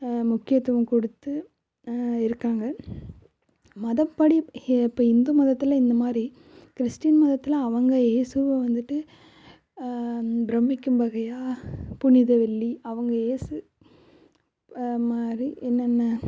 முக்கியத்துவம் கொடுத்து இருக்காங்க மதப்படி இப்போ இந்து மதத்தில் இந்த மாதிரி கிறிஸ்டின் மதத்தில் அவங்க ஏசுவை வந்துவிட்டு பிரமிக்கும் வகையாக புனித வெள்ளி அவங்க ஏசு மாதிரி என்னென்ன